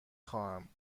خواهم